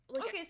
Okay